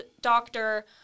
doctor